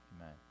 amen